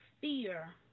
fear